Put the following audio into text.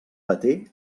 peter